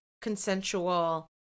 consensual